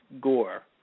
Gore